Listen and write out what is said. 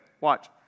Watch